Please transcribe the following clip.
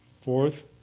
Fourth